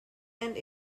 and